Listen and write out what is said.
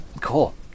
cool